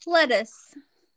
Lettuce